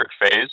phase